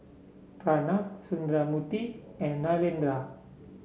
Pranav Sundramoorthy and Narendra